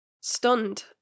Stunned